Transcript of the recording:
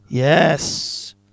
Yes